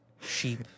Sheep